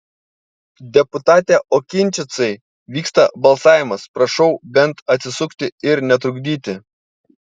deputate okinčicai vyksta balsavimas prašau bent atsisukti ir netrukdyti